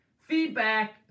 feedback